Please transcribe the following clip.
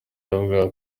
yavugaga